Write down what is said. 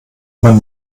mein